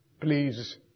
Please